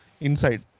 inside